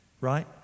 right